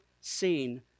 seen